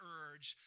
urge